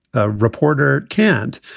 a reporter can't.